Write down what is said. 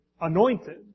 anointed